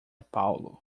paulo